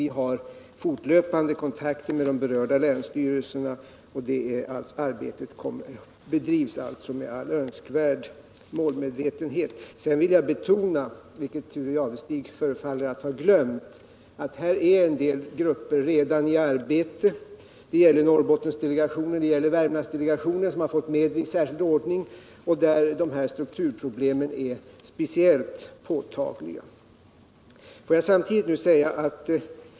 Vi har fortlöpande kontakter med de berörda länsstyrelserna, och arbetet bedrivs med all önskvärd målmedvetenhet. Jag vill också betona, vilket Thure Jadestig förefaller att ha glömt, att en hel del länsgrupper redan är i arbete. Det gäller Norrbottensdelegationen och Värmlandsdelegationen, som har fått medel i särskild ordning då strukturproblemen där är speciellt påtagliga.